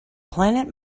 planet